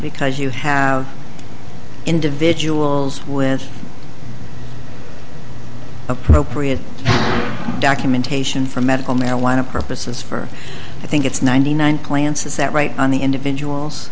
because you have individuals with appropriate documentation for medical marijuana purposes for i think it's ninety nine plants is that right on the individuals